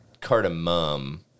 cardamom